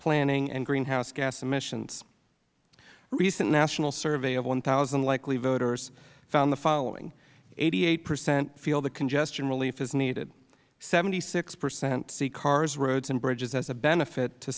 planning and greenhouse gas emissions a recent national survey of one thousand likely voters found the following eighty eight percent feel that congestion relief is needed seventy six percent see cars roads and bridges as a benefit to